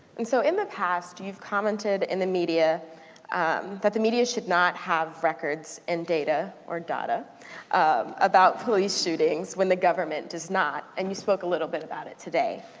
and so, in the past, you have commented in and the media um that the media should not have records and data or data um about police shootings, when the government does not. and you spoke a little bit about it today.